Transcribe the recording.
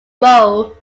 row